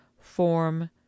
form